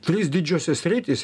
trys didžiosios sritys